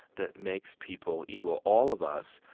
that makes people evil. all of us,